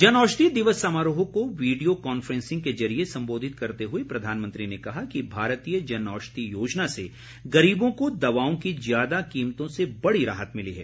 जनऔषधी दिवस समारोह को वीडियो कांफ्रेंसिंग के जरिए संबोधित करते हुए प्रधानमंत्री ने कहा कि भारतीय जनऔषधी योजना से गरीबों को दवाओं की ज्यादा कीमतों से बड़ी राहत मिली है